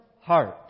heart